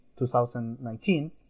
2019